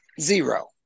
Zero